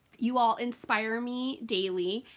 you all inspire me daily,